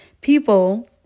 people